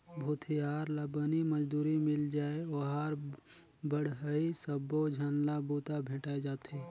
भूथियार ला बनी मजदूरी मिल जाय लोहार बड़हई सबो झन ला बूता भेंटाय जाथे